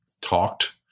talked